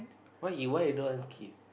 why you why you don't want kids